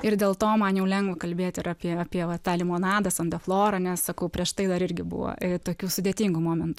ir dėl to man jau lengva kalbėt ir apie apie va tą limonadą san de florą nes sakau prieš tai dar irgi buvo tokių sudėtingų momentų